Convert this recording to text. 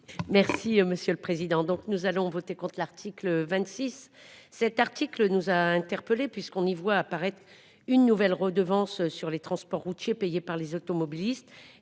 Merci, monsieur le Président, donc nous allons voter contre, l'article 26, cet article nous a interpellés, puisqu'on y voit apparaître une nouvelle redevance sur les transports routiers, payé par les automobilistes